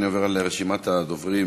אני עובר לרשימת הדוברים.